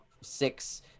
six